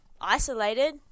isolated